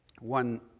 one